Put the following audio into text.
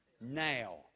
Now